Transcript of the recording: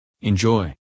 Enjoy